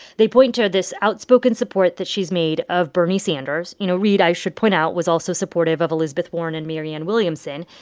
they point to this outspoken support that she's made of bernie sanders. you know, reade, i should point out, was also supportive of elizabeth warren and marianne williamson.